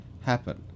happen